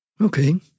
Okay